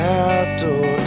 outdoor